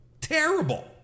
terrible